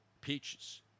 Peaches